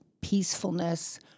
peacefulness